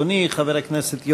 יכולים להיות אולי חילוקי דעות